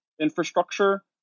infrastructure